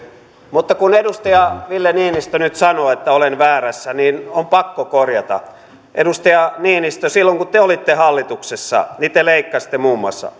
mutta kun edustaja ville niinistö nyt sanoo että olen väärässä niin on pakko korjata edustaja niinistö silloin kun te olitte hallituksessa niin te leikkasitte muun muassa